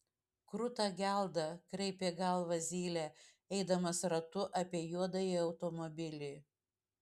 kruta gelda kraipė galvą zylė eidamas ratu apie juodąjį automobilį